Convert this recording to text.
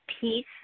peace